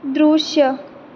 दृश्य